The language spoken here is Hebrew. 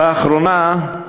באחרונה,